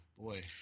boy